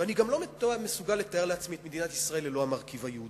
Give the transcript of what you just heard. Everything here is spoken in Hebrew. ואני גם לא מסוגל לתאר לעצמי את מדינת ישראל ללא המרכיב היהודי.